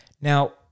Now